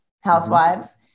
Housewives